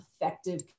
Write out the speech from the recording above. effective